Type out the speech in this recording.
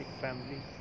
family